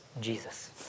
Jesus